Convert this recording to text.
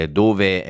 dove